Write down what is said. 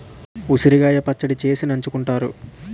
ఉసిరికాయ పచ్చడి చేసి నంచుకుంతారు